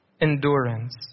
endurance